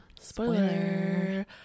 spoiler